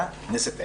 הכנסת ה-20,